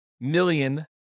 million